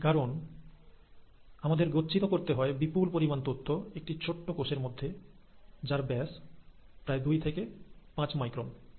এটির কারণ আমাদের গচ্ছিত করতে হয় বিপুল পরিমাণ তথ্য একটি ছোট্ট কোষের মধ্যে যার ব্যাস প্রায় 2 থেকে 5 মাইক্রোন